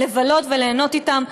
לבלות וליהנות אתם.